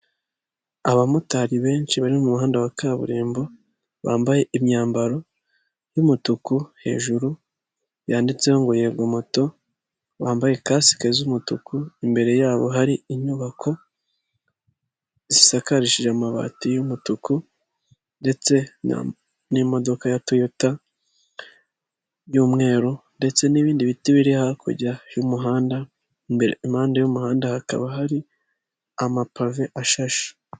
Abamotari benshi bari mu muhanda wa kaburimbo, bambaye imyambaro y'umutuku, hejuru yanditseho ngo yego moto, bambaye kasike z'umutuku, imbere yabo hari inyubako zisakarishije amabati y'umutuku ndetse n'imodoka ya toyota y'umweru ndetse n'ibindi biti biri hakurya y'umuhanda, impande y'umuhanda hakaba hari amapave ashashe.